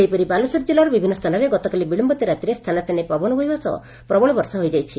ସେହିପରି ବାଲେଶ୍ୱର କିଲ୍ଲାର ବିଭିନ୍ନ ସ୍ଚାନରେ ଗତକାଲି ବିଳମ୍ନିତ ରାତ୍ରିରେ ସ୍ଚାନେ ସ୍ଚାନେ ପବନ ବହିବା ସହ ପ୍ରବଳ ବର୍ଷା ହୋଇଯାଇଛି